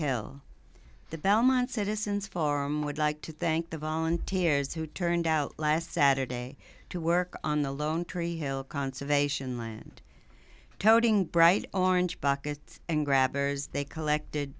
hill the belmont citizens farm would like to thank the volunteers who turned out last saturday to work on the lone tree hill conservation land toting bright orange buckets and grabbers they collected